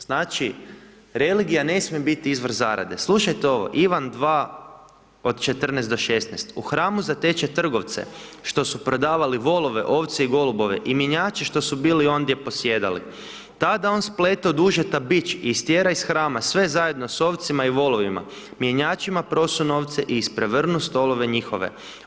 Znači, religija ne smije biti izvor zarade, slušajte ovo Ivan 2 od 14 do 16 u hramu zateče trgovce, što su prodavali volove, ovce i golubove i mjenjači što su bili ondje posjedali, tada on splete od užeta bič i istjera iz hrama, sve zajedno s ovcima i volovima, mjenjačima prosu novce i isprevrnu stolove njihove.